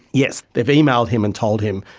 yes, they've emailed him and told him,